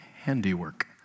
handiwork